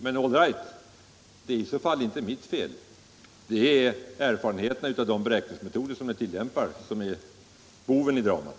Men all right, det är i så fall inte mitt fel. Det är erfarenheterna av de tillämpade beräkningsmetoderna som är boven i dramat.